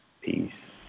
Peace